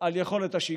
על יכולות השיגור,